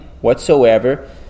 whatsoever